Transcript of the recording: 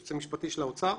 היועץ המשפטי של האוצר,